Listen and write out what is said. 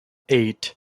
eight